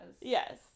Yes